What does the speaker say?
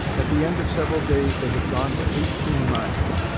at the end of several days they had gone but eighteen miles.